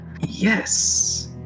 Yes